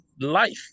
life